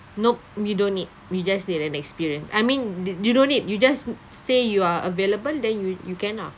nope you don't need you just need an experience I mean you don't need you just say you are available then you you can lah